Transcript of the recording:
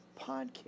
podcast